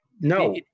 no